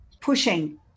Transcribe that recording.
pushing